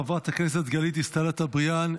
חברת הכנסת גלית דיסטל אטבריאן,